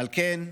ועל כן,